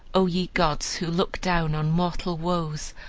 o ye gods, who look down on mortal woes,